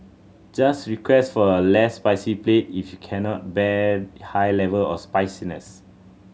just request for a less spicy plate if you cannot bear high level of spiciness